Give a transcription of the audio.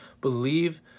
believe